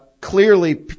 clearly